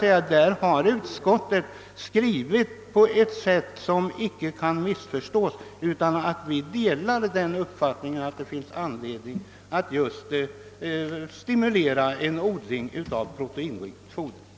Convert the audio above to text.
Utskottet har emellertid här skrivit på ett sätt som inte kan missförstås, ty vi delar den uppfattningen att det finns anledning att stimulera en odling av proteinrikt foder.